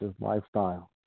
lifestyle